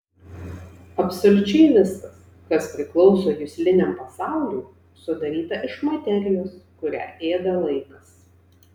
absoliučiai viskas kas priklauso jusliniam pasauliui sudaryta iš materijos kurią ėda laikas